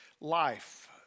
Life